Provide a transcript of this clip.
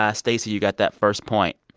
ah stacey, you got that first point.